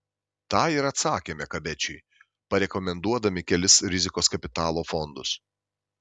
tą ir atsakėme kabečiui parekomenduodami kelis rizikos kapitalo fondus